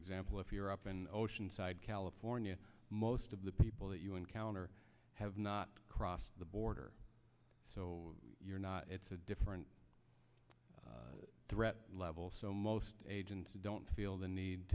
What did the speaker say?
example if you're up in oceanside california most of the people that you encounter have not crossed the border so you're not it's a different threat level so most agents don't feel the need